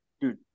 Dude